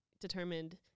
determined